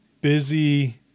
busy